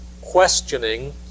questioning